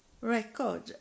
record